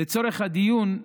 לצורך הדיון,